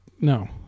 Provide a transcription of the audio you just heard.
No